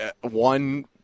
one